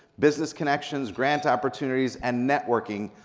business connections, grant opportunities, and networking,